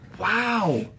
Wow